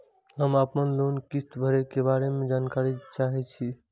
हम आपन लोन किस्त भरै के बारे में जानकारी चाहै छी?